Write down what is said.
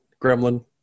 gremlin